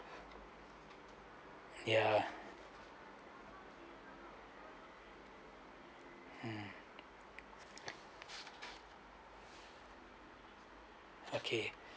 yeah mm okay